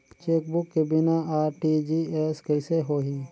Chequebook के बिना RTGS कइसे होही?